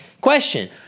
Question